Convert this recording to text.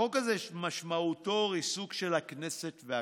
החוק הזה משמעותו ריסוק של הכנסת והכלכלה.